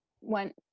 went